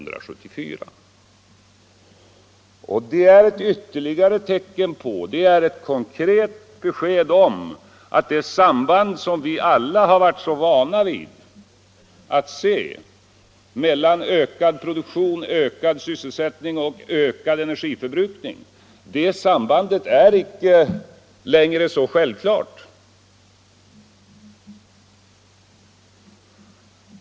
Det är ytterligare ett konkret besked om att det samband som vi alla har varit så vana vid att se mellan ökad produktion, ökad sysselsättning och ökad energiförbrukning icke längre är så självklart.